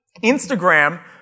Instagram